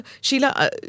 Sheila